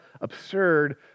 absurd